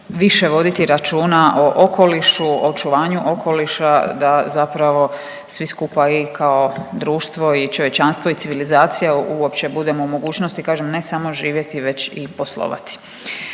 više voditi računa o okolišu, očuvanju okoliša da zapravo svi skupa i kao društvo i čovječanstvo i civilizacija uopće budemo u mogućnosti kažem ne samo živjeti već i poslovati.